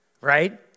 right